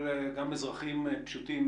גם אזרחים פשוטים,